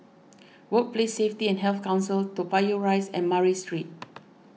Workplace Safety and Health Council Toa Payoh Rise and Murray Street